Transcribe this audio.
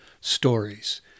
stories